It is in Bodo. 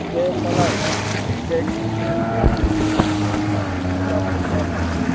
दे होनबालाय दे गाबोन औ ओंखारबा फन खालामबानो जाबाय